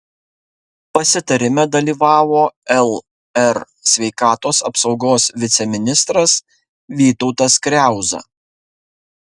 pasitarime dalyvavo lr sveikatos apsaugos viceministras vytautas kriauza